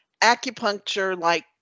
acupuncture-like